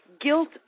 guilt